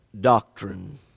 doctrine